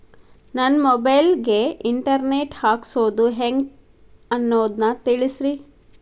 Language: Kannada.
ನನ್ನ ಮೊಬೈಲ್ ಗೆ ಇಂಟರ್ ನೆಟ್ ಹಾಕ್ಸೋದು ಹೆಂಗ್ ಅನ್ನೋದು ತಿಳಸ್ರಿ